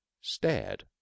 stared